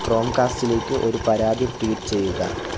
Chrome കാസ്റ്റിലേക്ക് ഒരു പരാതി ട്വീറ്റ് ചെയ്യുക